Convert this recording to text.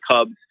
Cubs